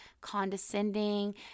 condescending